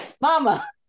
mama